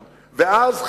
ואז,